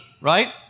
Right